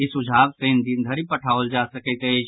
ई सुझाव शनि दिन धरि पठाओल जा सकैत अछि